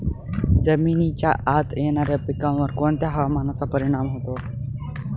जमिनीच्या आत येणाऱ्या पिकांवर कोणत्या हवामानाचा परिणाम होतो?